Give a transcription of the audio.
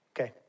Okay